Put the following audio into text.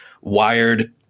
Wired